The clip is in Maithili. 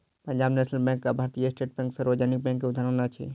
पंजाब नेशनल बैंक आ भारतीय स्टेट बैंक सार्वजनिक बैंक के उदाहरण अछि